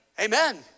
Amen